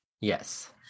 Yes